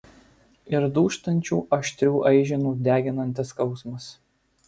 ir dūžtančių aštrių aiženų deginantis skausmas